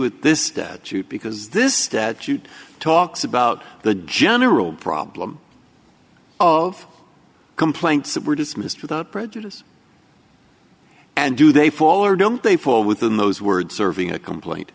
with this dead shoot because this statute talks about the general problem of complaints that were dismissed without prejudice and do they fall or don't they fall within those words serving a complaint